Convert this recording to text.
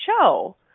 show